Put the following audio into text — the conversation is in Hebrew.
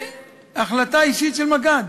בהחלטה אישית של מג"ד,